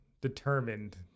determined